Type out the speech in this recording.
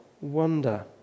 wonder